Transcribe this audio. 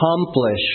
accomplish